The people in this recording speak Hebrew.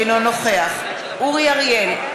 אינו נוכח אורי אריאל,